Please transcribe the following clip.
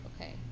okay